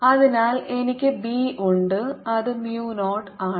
അതിനാൽ എനിക്ക് B ഉണ്ട് അത് mu 0 ആണ്